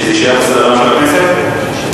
שזה יישאר בסדר-היום של הכנסת?